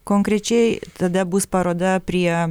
konkrečiai tada bus paroda prie